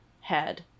head